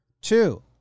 Two